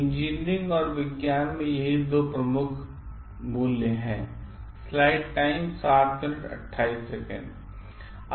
engineering औरविज्ञानमें यही दो प्रमुख मूल्य हैं